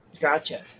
gotcha